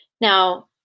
Now